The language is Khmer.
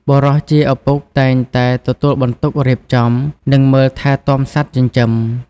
បុរសជាឪពុកតែងតែទទួលបន្ទុករៀបចំ និងមើលថែទាំសត្វចិញ្ចឹម។